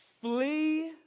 flee